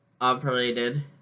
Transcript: operated